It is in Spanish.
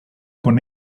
con